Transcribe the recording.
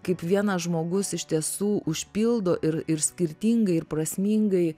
kaip vienas žmogus iš tiesų užpildo ir ir skirtingai ir prasmingai